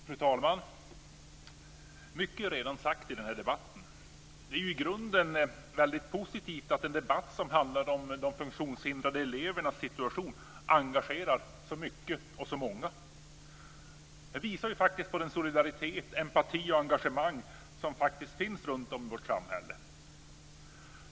Fru talman! Mycket är redan sagt i den här debatten. Det är i grunden väldigt positivt att en debatt som handlar om de funktionshindrade elevernas situation engagerar så mycket och så många. Det visar på den solidaritet, den empati och det engagemang som faktiskt finns runt om i vårt samhälle.